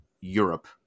Europe